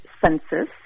census